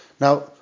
Now